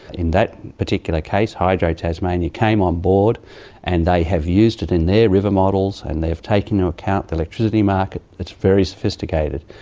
in that particular case hydro tasmania came on board and they have used it in their river models and they've taken into account the electricity market. it's very sophisticated.